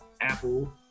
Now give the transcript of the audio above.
Apple